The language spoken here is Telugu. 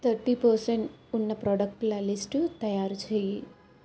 థర్టీ పర్సెంట్ ఉన్న ప్రాడక్టుల లిస్టు తయారు చేయి